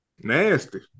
Nasty